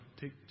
take